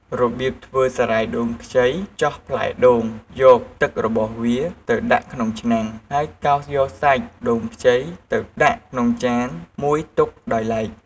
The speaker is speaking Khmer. របៀបធ្វើសារាយដូងខ្ចីចោះផ្លែដូងយកទឹករបស់វាទៅដាក់ក្នុងឆ្នាំង ហើយកោសយកសាច់ដូងខ្ចីទៅដាក់ក្នុងចានមួយទុកដោយឡែក។